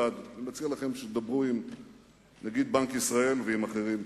אני מציע לכם שתדברו עם נגיד בנק ישראל ועם אחרים,